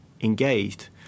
engaged